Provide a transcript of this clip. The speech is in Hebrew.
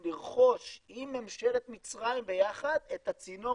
לרכוש עם ממשלת מצרים ביחד את הצינור